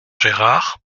gérard